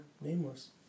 nameless